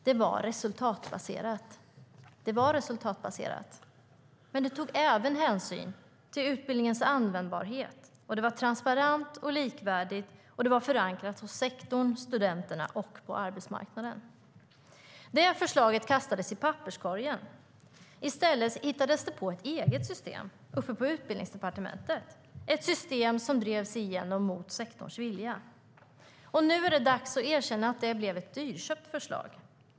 Det var resultatbaserat, men tog även hänsyn till utbildningens användbarhet. Det var transparent och likvärdigt och var förankrat hos sektorn, bland studenterna och på arbetsmarknaden. Detta förslag kastades i papperskorgen. I stället hittades det på ett eget system uppe på Utbildningsdepartementet, ett system som drevs igenom mot sektorns vilja. Nu är det dags att erkänna att det blev ett dyrköpt förslag.